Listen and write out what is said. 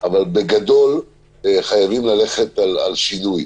אבל בגדול, חייבים ללכת על שינוי.